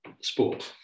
sport